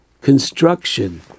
construction